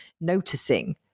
noticing